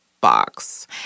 box